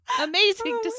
Amazing